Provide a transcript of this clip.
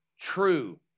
true